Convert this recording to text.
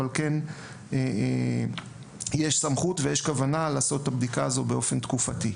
אבל יש סמכות ויש כוונה לעשות את הבדיקה הזו באופן תקופתי.